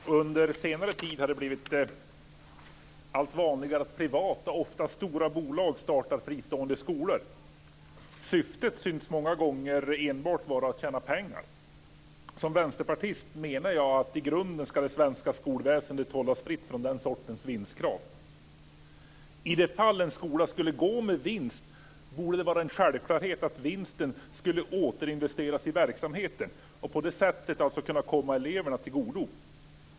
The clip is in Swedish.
Fru talman! Under senare tid har det blivit allt vanligare att privata, ofta stora bolag startar fristående skolor. Syftet syns många gånger enbart vara att tjäna pengar. Som vänsterpartist menar jag att det svenska skolväsendet i grunden ska hållas fritt från den sortens vinstkrav. I de fall en skola skulle gå med vinst borde det vara en självklarhet att vinsten skulle återinvesteras i verksamheten och på det sättet kunna komma eleverna till godo.